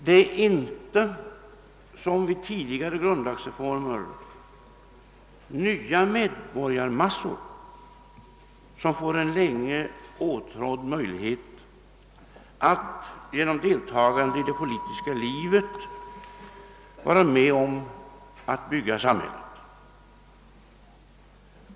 Det är inte, som vid tidigare grundlagsreformer, nya medborgarmassor som får en länge åtrådd möjlighet att, genom deltagande i det politiska livet, vara med om att bygga samhället.